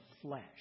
flesh